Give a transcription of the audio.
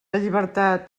llibertat